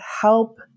help